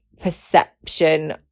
perception